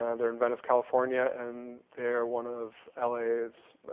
ah they're in venice, california, and they are one of la's